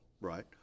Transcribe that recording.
right